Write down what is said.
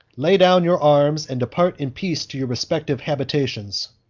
lay down your arms, and depart in peace to your respective habitations.